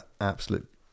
absolute